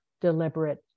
deliberate